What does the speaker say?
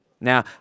Now